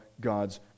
God's